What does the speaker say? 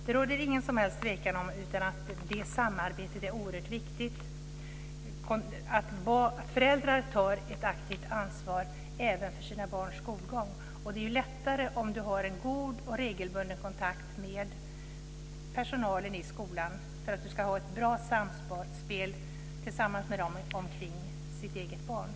Det råder inget som helst tvivel om att det samarbetet är oerhört viktigt, dvs. att föräldrarna tar ett aktivt ansvar även för sina barns skolgång. Det är lättare om det finns en god och regelbunden kontakt med personalen i skolan, för att ha ett bra samspel tillsammans med dem som finns kring det egna barnet.